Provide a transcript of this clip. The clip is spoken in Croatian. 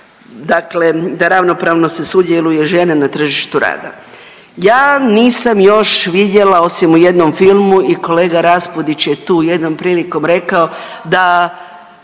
dakle, da ravnopravno se sudjeluje žena na tržištu rada. Ja nisam još vidjela osim u jednom filmu i kolega Raspudić je tu jednom prilikom rekao, da